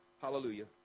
Hallelujah